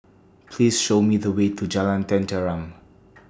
Please Show Me The Way to Jalan Tenteram